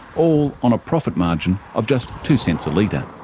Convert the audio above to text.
all on a profit margin of just two cents a litre.